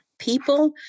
People